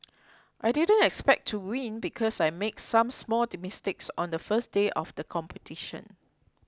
I didn't expect to win because I made some small mistakes on the first day of the competition